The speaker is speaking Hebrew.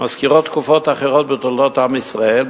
מזכירות תקופות אחרות בתולדות עם ישראל,